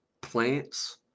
plants